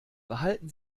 behalten